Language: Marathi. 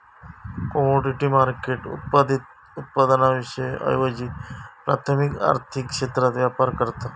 कमोडिटी मार्केट उत्पादित उत्पादनांऐवजी प्राथमिक आर्थिक क्षेत्रात व्यापार करता